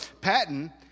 Patton